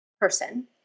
person